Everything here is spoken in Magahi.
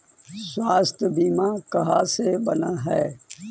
स्वास्थ्य बीमा कहा से बना है?